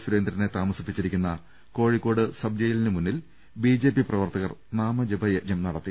സുരേന്ദ്രനെ താമസിപ്പിച്ചിരിക്കുന്ന കോഴിക്കോട് സബ് ജയിലിനുമുന്നിൽ ബി ജെ പി പ്രവർത്തകർ നാമജപയജ്ഞം നടത്തി